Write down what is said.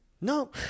No